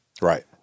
Right